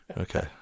Okay